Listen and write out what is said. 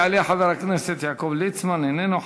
יעלה חבר הכנסת יעקב ליצמן, איננו.